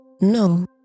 no